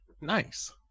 nice